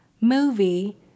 movie